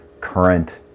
current